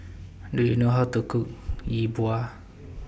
Do YOU know How to Cook Yi Bua